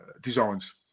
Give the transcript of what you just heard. designs